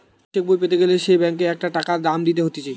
নতুন চেক বই পেতে গ্যালে সে ব্যাংকে একটা টাকা দাম দিতে হতিছে